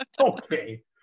Okay